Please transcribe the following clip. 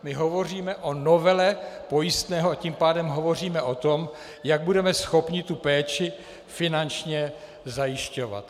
My hovoříme o novele pojistného, a tím pádem hovoříme o tom, jak budeme schopni tu péči finančně zajišťovat.